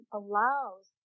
allows